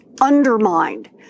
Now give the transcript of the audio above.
undermined